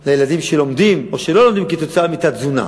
על הילדים שלומדים או שלא לומדים, בגלל תת-תזונה.